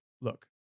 look